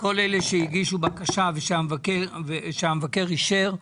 כל אלו שהגישו בקשה והמבקר אישר,